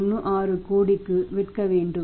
16 கோடிக்கு விற்க வேண்டும்